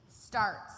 starts